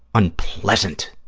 unpleasant